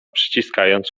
przyciskając